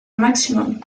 maximum